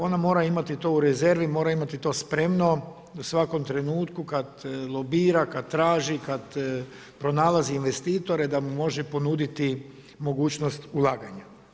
Ona mora imati to u rezervi, mora imati to spremno, u svakom trenutku, kada lobira, kada traži, kada pronalazi investitore, da mu može ponuditi mogućnost ulaganja.